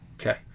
Okay